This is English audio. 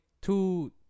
two